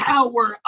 power